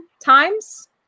times